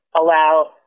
allow